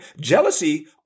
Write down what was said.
Jealousy